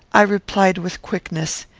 i replied with quickness,